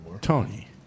Tony